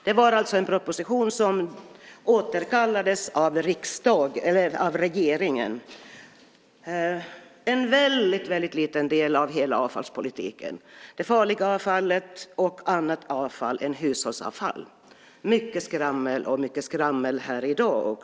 Det var alltså en proposition som återkallades av regeringen och som rörde en väldigt liten del av hela avfallspolitiken - det farliga avfallet och annat avfall än hushållsavfall. Det var mycket skrammel, och det har också varit mycket skrammel här i dag.